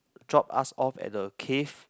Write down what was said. drop us off at a cave